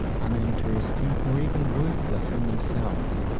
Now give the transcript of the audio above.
uninteresting, or even worthless in themselves,